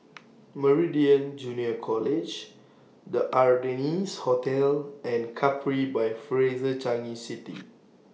Meridian Junior College The Ardennes Hotel and Capri By Fraser Changi City